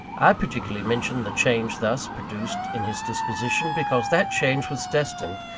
i particularly mention the change thus produced in his disposition, because that change was destined,